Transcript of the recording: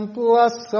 bless